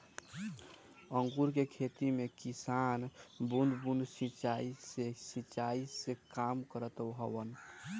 अंगूर के खेती में किसान बूंद बूंद सिंचाई से सिंचाई के काम करत हवन